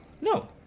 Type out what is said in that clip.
no